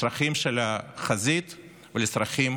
לצרכים של החזית ולצרכים